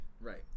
Right